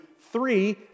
three